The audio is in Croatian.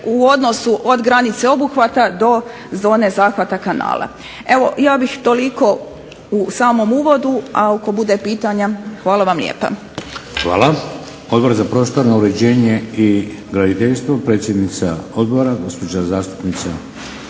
u odnosu od granice obuhvata do zone zahvata kanala. Evo ja bih toliko u samom uvodu, a ako bude pitanja. Hvala vam lijepa. **Šeks, Vladimir (HDZ)** Hvala. Odbor za prostorno uređenje i graditeljstvo, predsjednica Odbora gospođa zastupnica